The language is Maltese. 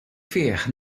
fih